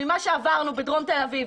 ממה שעברנו בדרום תל אביב,